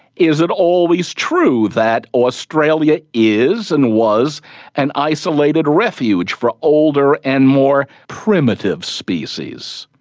is it always true that australia is and was an isolated refuge for older and more primitive species?